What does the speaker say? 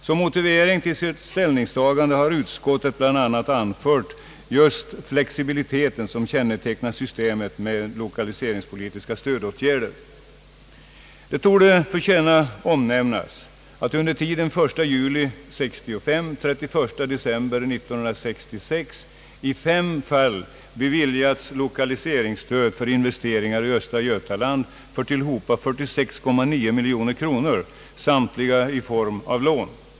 Såsom motivering för sitt ställningstagande har utskottet bl.a. anfört just den flexibilitet som kännetecknar systemet med lokaliseringspolitiska stödåtgärder. Det torde förtjäna omnämnas, att det under tiden den 1 juli 1965—31 december 1966 i fem fall beviljats lokaliseringsstöd för investeringar i östra Götaland för tillhopa 46,9 miljoner kronor, i samtliga fall i form av lån.